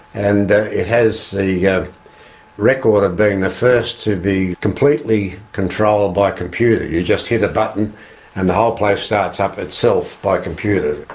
and it has the record of being the first to be completely controlled by computer. you just hit a button and the whole place starts up itself by computer.